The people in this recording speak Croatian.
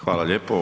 Hvala lijepo.